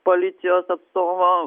policijos atstovo